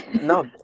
No